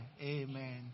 Amen